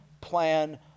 plan